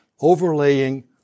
overlaying